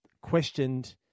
questioned